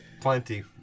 plenty